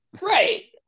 Right